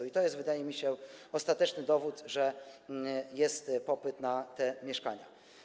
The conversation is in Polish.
I to jest, wydaje mi się, ostateczny dowód, że jest popyt na te mieszkania.